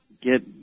get